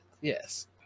Yes